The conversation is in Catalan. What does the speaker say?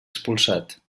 expulsat